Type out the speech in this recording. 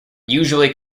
usually